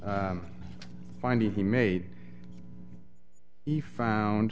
e finding he made he found